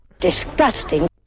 Disgusting